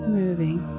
moving